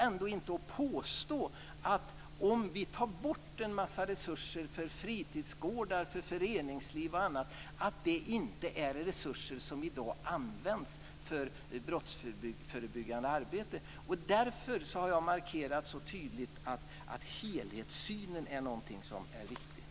Det går inte att påstå att de resurser som tas bort från fritidsgårdar, föreningsliv osv. inte används för brottsförebyggande arbete. Därför har jag tydligt markerat att det är viktigt med helhetssynen.